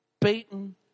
beaten